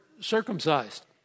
circumcised